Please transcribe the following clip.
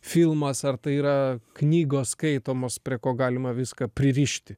filmas ar tai yra knygos skaitomos prie ko galima viską pririšti